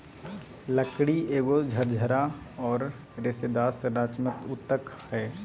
लकड़ी एगो झरझरा औरर रेशेदार संरचनात्मक ऊतक हइ